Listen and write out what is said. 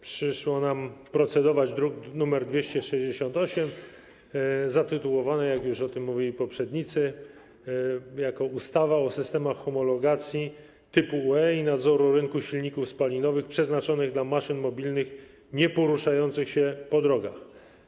Przyszło nam procedować nad drukiem nr 268 zatytułowanym, jak już o tym mówili poprzednicy: ustawa o systemach homologacji typu UE i nadzoru rynku silników spalinowych przeznaczonych do maszyn mobilnych nieporuszających się po drogach.